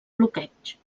bloqueig